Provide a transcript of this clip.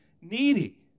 needy